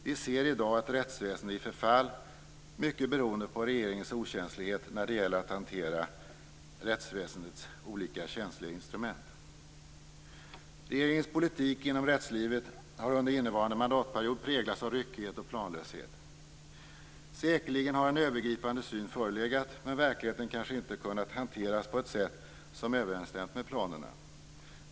Vi ser i dag ett rättsväsende i förfall, mycket beroende på regeringens okänslighet när det gäller att hantera rättsväsendets olika känsliga instrument. Regeringens politik inom rättslivet har under innevarande mandatperiod präglats av ryckighet och planlöshet. Säkerligen har en övergripande syn förelegat, men verkligheten har kanske inte kunnat hanterats på ett sätt som överensstämt med planerna.